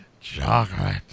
Chocolate